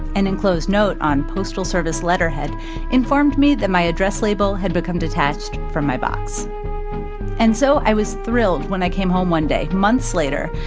an enclosed note on postal service letterhead informed me that my address label had become detached from my box and so i was thrilled when i came home one day, months later,